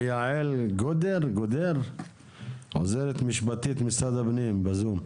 יעל גודר, עוזרת משפטית ממשרד הפנים בזום.